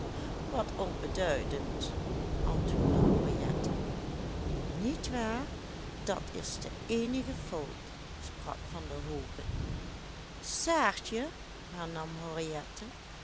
wat onbeduidend antwoordde henriette niet waar dat is de eenige fout sprak van der hoogen saartje hernam